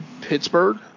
Pittsburgh